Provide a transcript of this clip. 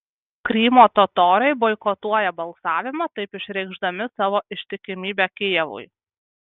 krymo totoriai boikotuoja balsavimą taip išreikšdami savo ištikimybę kijevui